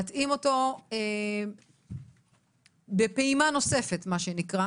להתאים אותו בפעימה נוספת.